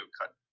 cut